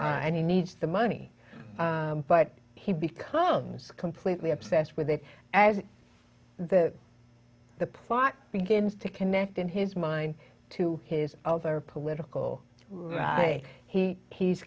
and he needs the money but he becomes completely obsessed with a as the the plot begins to connect in his mind to his over political right he he's